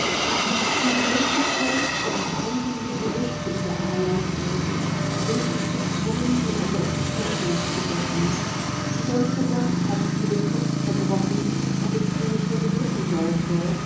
für die möglichkeit daß kränkende gerüchte über a laut würden seh ich mich gezwungen dir eine entdeckung zu machen die ganze nacht hab ich mir den kopf zerbrochen ob ich sie nicht unterdrücken sollte